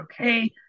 okay